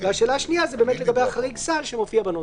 והשאלה השנייה היא באמת לגבי החריג סל שמופיע בנוסח.